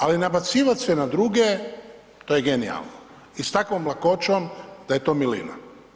Ali nabacivati se na druge, to je genijalno i s takvom lakoćom da je to milina.